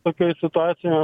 tokioj situacijo